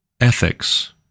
ethics